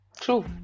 True